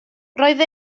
roedd